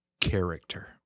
character